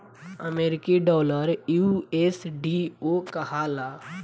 अमरीकी डॉलर यू.एस.डी.ओ कहाला